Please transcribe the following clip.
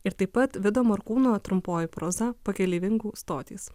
ir taip pat vido morkūno trumpoji proza pakeleivingų stotys